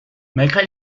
malgré